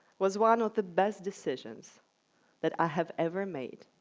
was one of the best decisions that i have ever made.